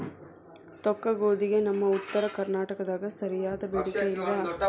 ತೊಕ್ಕಗೋಧಿಗೆ ನಮ್ಮ ಉತ್ತರ ಕರ್ನಾಟಕದಾಗ ಸರಿಯಾದ ಬೇಡಿಕೆ ಇಲ್ಲಾ